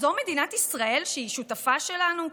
זו מדינת ישראל שהיא שותפה שלנו?